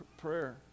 prayer